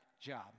job